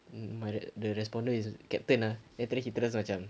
my the the responder is captain ah then after that he told us macam